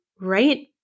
right